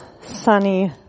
sunny